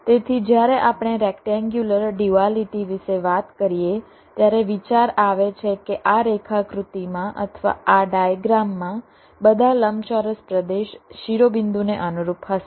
તેથી જ્યારે આપણે રેક્ટેન્ગ્યુલર ડ્યુઆલીટી વિશે વાત કરીએ ત્યારે વિચાર આવે છે કે આ રેખાકૃતિમાં અથવા આ ડાયગ્રામ માં બધા લંબચોરસ પ્રદેશ શિરોબિંદુને અનુરૂપ હશે